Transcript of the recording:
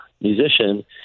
musician